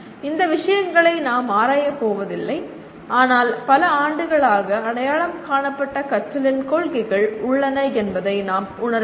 இந்த விஷயங்களை நாம் ஆராயப் போவதில்லை ஆனால் பல ஆண்டுகளாக அடையாளம் காணப்பட்ட கற்றலின் கொள்கைகள் உள்ளன என்பதை நாம் உணர வேண்டும்